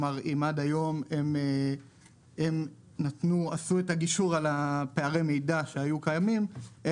אם עד היום הם עשו את הגישור על פערי המידע שהיו קיימים,